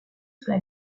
sous